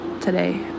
today